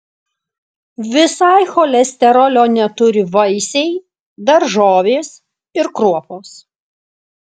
visai cholesterolio neturi vaisiai daržovės kruopos